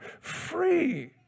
free